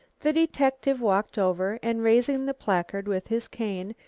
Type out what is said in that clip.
the detective walked over, and raising the placard with his cane,